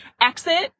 exit